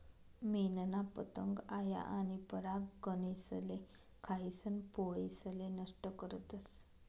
मेनना पतंग आया आनी परागकनेसले खायीसन पोळेसले नष्ट करतस